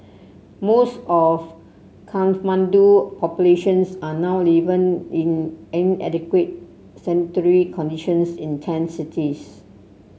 most of Kathmandu populations are now in inadequate sanitary conditions in tent cities